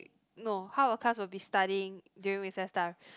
no half the class will be studying during recess time